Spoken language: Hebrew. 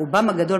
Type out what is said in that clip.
ברובם הגדול,